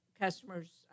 customers